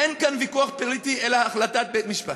אין כאן ויכוח פוליטי אלא החלטת בית-משפט.